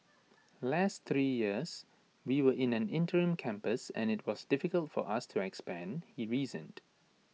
last three years we were in an interim campus and IT was difficult for us to expand he reasoned